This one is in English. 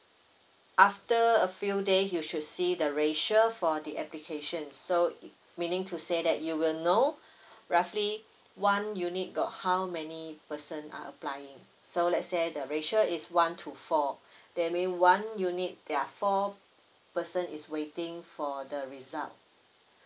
after a few days you should see the ratio for the application so it meaning to say that you will know roughly one unit got how many person are applying so let's say the ratio is one to four that mean one unit there are four person is waiting for the result